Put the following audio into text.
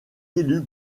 élu